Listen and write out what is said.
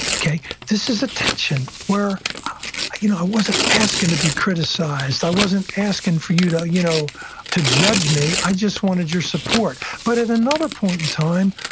this is a tension where you know i wasn't asking to be criticized. i wasn't asking for you to you know to judge me. i just wanted your support. but at another point in time,